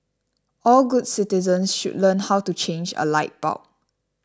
all good citizens should learn how to change a light bulb